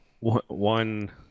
one